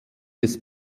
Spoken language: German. des